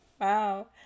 wow